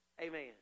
Amen